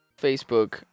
Facebook